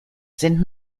sind